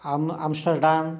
अम् आम्श्टर्डाम्